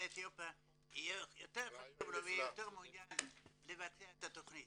אתיופיה יהיה יותר חשוב לו ויותר מעוניין לבצע את התכנית.